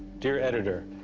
dear editor,